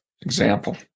example